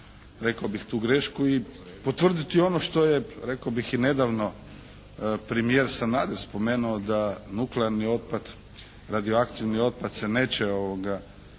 rekao bih tu grešku i potvrditi ono što je rekao bih i nedavno premijer Sanader spomenuo da nuklearni otpad, radioaktivni otpad se neće locirati